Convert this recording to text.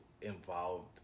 involved